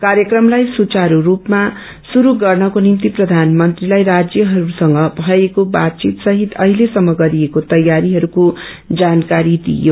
क्र्यक्रमलाई सुवास रूपमा शुरु गर्नको निर्मित प्रधानमन्त्रीलाई राष्टहरूसँग भएको बातचित सहित अश्लिसम्म गरिएको तयारीहरूको जानक्वरी दिइयो